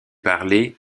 parlé